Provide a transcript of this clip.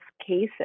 cases